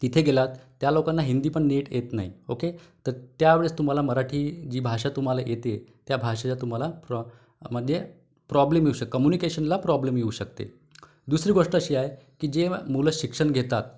तिथे गेलात त्या लोकांना हिंदी पण नीट येत नाही ओके तर त्यावेळेस तुम्हाला मराठी जी भाषा तुम्हाला येते त्या भाषेचा तुम्हाला प्रॉ मद्दे प्रॉब्लेम येऊ शक् कमुनिकेशनला प्रॉब्लेम येऊ शकते दुसरी गोष्ट अशी आहे की जे मुलं शिक्षण घेतात